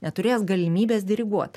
neturės galimybės diriguot